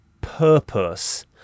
purpose